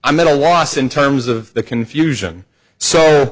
i'm at a loss in terms of the confusion so